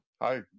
Hi